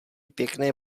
pěkné